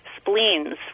spleens